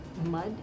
Mud